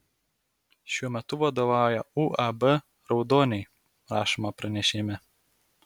šiuo metu vadovauja uab raudoniai rašoma pranešime